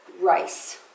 rice